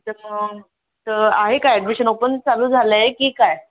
तर मग तर आहे का ॲडमिशन ओपन चालू झालं आहे की काय